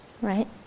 right